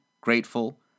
grateful